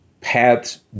paths